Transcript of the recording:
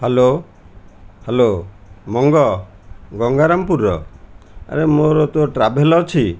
hello hello ମଙ୍ଗ ଗଙ୍ଗାରାମପୁରର ଆରେ ମୋର ତ ଟ୍ରାଭେଲ୍ ଅଛି